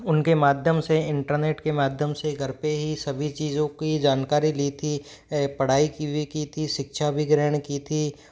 उनके माध्यम से इंटरनेट के माध्यम से घर पर ही सभी चीज़ों की जानकारी ली थी पढ़ाई की भी की थी शिक्षा भी ग्रहण की थी